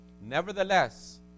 Nevertheless